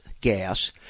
gas